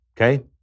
Okay